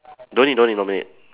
don't need don't need nominate